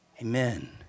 Amen